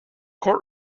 court